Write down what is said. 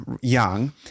young